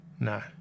No